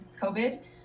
covid